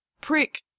prick